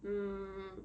mm